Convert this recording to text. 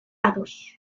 ados